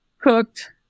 Cooked